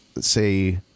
say